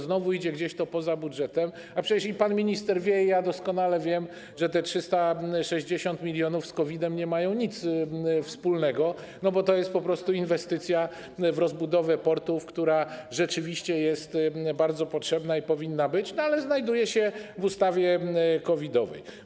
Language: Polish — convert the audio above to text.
Znowu idzie to poza budżetem, a przecież pan minister wie i ja doskonale wiem, że te 360 mln zł nie mają nic wspólnego z COVID-em, bo to jest po prostu inwestycja w rozbudowę portów, która rzeczywiście jest bardzo potrzebna i powinna być, ale znajduje się w ustawie COVID-owej.